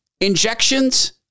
injections